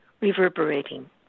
reverberating